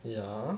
ya